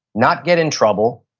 not get in trouble,